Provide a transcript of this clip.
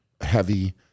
heavy